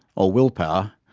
or willpower,